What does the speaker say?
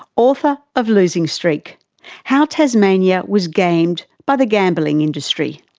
author of losing streak how tasmania was gamed by the gambling industry.